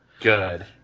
Good